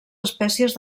espècies